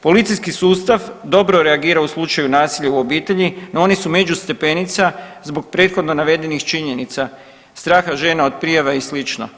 Policijski sustav dobro reagira u slučaju nasilja u obitelji no oni su među stepenica zbog prethodno navedenih činjenica, straha žena od prijava i slično.